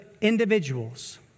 individuals